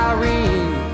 Irene